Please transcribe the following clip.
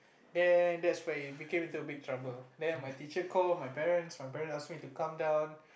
then that's where it became into a big trouble then my teacher call my parents my parents ask me to come down